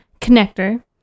connector